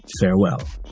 farewell